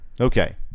Okay